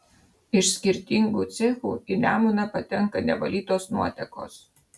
iš skirtingų cechų į nemuną patenka nevalytos nuotekos